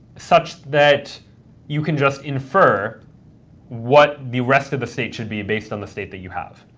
such that you can just infer what the rest of the state should be based on the state that you have.